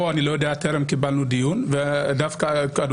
כאן אני לא יודע כי טרם קיבלנו דיון ודווקא אדוני